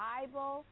Bible